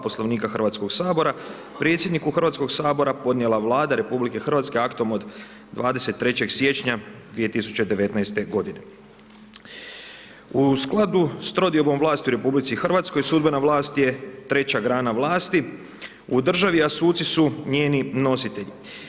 Poslovnika Hrvatskog sabora, predsjedniku Hrvatskog sabora podnijela Vlada RH, aktom od 23. siječnja 2019. g. U sklopu s trodiobom vlasti u RH, sudbena vlast je treća grana vlasti u državi a suci su njeni nositelji.